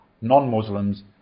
Non-Muslims